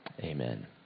amen